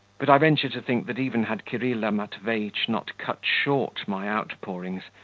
but i venture to think that even had kirilla matveitch not cut short my outpourings,